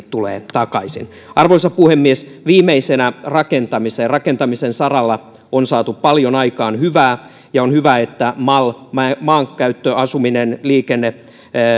tulee kymmenkertaisesti takaisin arvoisa puhemies viimeisenä rakentamiseen rakentamisen saralla on saatu paljon aikaan hyvää ja on hyvä että mal eli maankäyttö asuminen ja liikenne